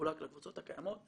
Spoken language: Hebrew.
ויחולק לקבוצות הקיימות,